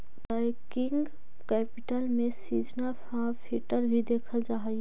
working capital में seasonal profit भी देखल जा हई